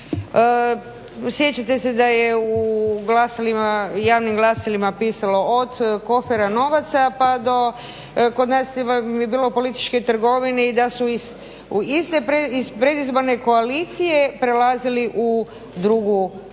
sjećate se da je u javnim glasilima pisalo od kofera novaca pa do kod nas je bilo u političkoj trgovini da su iz iste predizborne koalicije prelazili u drugu poziciju